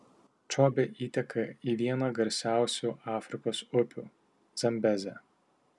čobė įteka į vieną garsiausių afrikos upių zambezę